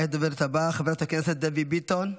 כעת הדוברת הבאה, חברת הכנסת דבי ביטון.